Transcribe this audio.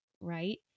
right